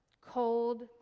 cold